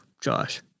Josh